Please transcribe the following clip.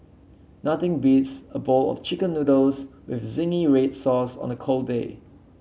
nothing beats a bowl of chicken noodles with zingy read sauce on a cold day